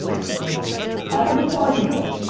so i just thought i could do it.